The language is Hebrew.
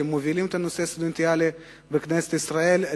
שמובילים את הנושא הסטודנטיאלי בכנסת ישראל,